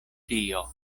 tio